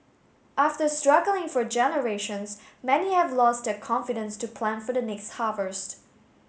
after struggling for generations many have lost their confidence to plan for the next harvest